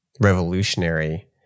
revolutionary